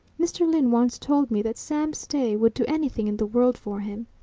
mr. lyne once told me that sam stay would do anything in the world for him.